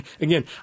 again